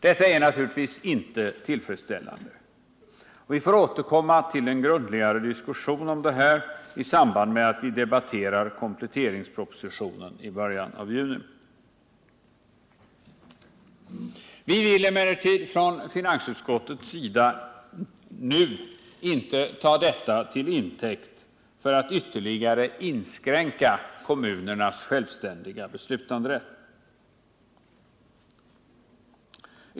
Detta är naturligtvis inte tillfredsställande, och vi får återkomma till en grundligare diskussion om det här i samband med att vi debatterar kompletteringspropositionen i början av juni. Vi vill från finansutskottets sida emellertid inte nu ta detta till intäkt för att ytterligare inskränka kommunernas självständiga beslutanderätt.